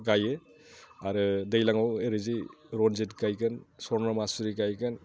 गायो आरो दैज्लांआव ओरैजाय रनजिद गायगोन सनमासुरि गायगोन